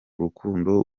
rukundo